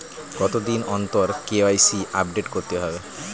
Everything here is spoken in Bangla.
কতদিন অন্তর কে.ওয়াই.সি আপডেট করতে হবে?